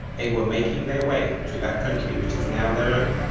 they were making their way to that country which is now their own,